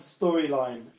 storyline